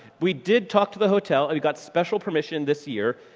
we did talk to the hotel and we got special permission this year,